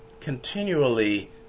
continually